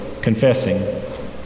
confessing